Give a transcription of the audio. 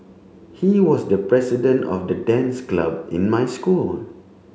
he was the president of the dance club in my school